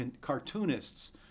cartoonist's